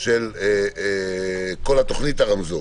של כל תוכנית הרמזור,